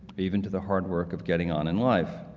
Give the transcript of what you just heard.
even to the hard work of getting on in life.